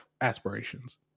aspirations